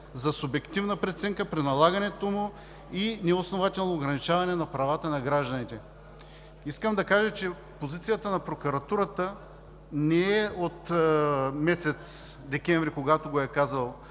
за субективна преценка при налагането му и неоснователно ограничаване на правата на гражданите. Искам да кажа, че позицията на Прокуратурата не е от месец декември, когато го е казал